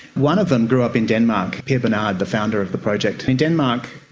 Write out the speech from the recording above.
one of them grew up in denmark, per bernard, the founder of the project. in denmark,